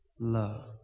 love